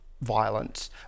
violence